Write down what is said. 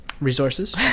resources